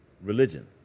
religion